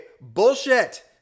bullshit